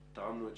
תודה רבה לכולם.